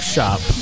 Shop